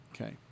Okay